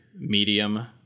medium